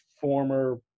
former